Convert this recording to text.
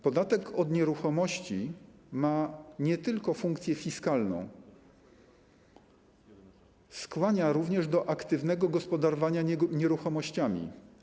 Podatek od nieruchomości ma nie tylko funkcję fiskalną, skłania również do aktywnego gospodarowania nieruchomościami.